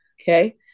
Okay